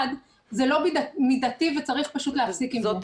זה לא מידתי וצריך פשוט להפסיק עם זה.